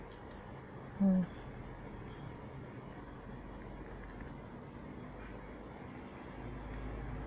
mm